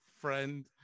friend